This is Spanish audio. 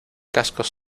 cascos